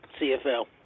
CFL